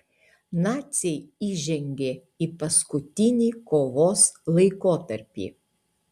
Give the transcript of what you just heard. naciai įžengė į paskutinį kovos laikotarpį